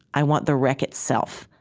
i want the wreck itself.